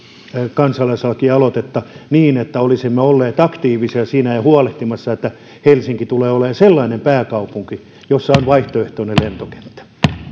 kansalaisaloitetta niin että olisimme olleet siinä aktiivisia ja huolehtimassa että helsinki tulee olemaan sellainen pääkaupunki jossa on vaihtoehtoinen lentokenttä